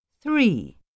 Three